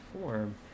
form